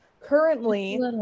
currently